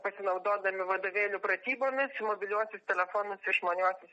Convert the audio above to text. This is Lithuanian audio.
pasinaudodami vadovėlių pratybomis mobiliuosius telefonus išmaniuosius